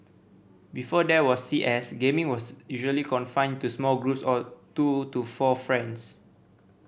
before there was C S gaming was usually confined to small groups of two to four friends